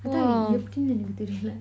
எப்பிடின்னு என்னக்கு தெரில:epidinu ennaku terila